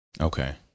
Okay